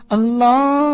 Allah